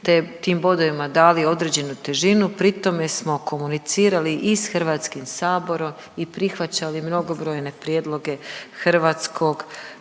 tim bodovima dali određenu težinu pritome smo komunicirali i s Hrvatskim saborom i prihvaćali mnogobrojne prijedloge Hrvatskog